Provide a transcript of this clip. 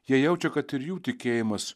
jie jaučia kad ir jų tikėjimas